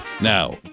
Now